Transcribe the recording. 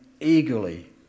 eagerly